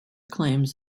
claims